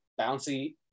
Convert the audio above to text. bouncy